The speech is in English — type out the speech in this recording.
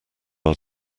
are